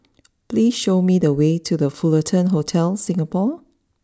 please show me the way to the Fullerton Hotel Singapore